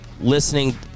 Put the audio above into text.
listening